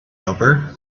helper